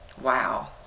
Wow